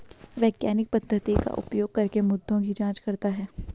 वैज्ञानिक पद्धति का उपयोग करके मुद्दों की जांच करता है